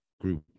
group